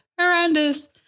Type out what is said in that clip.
horrendous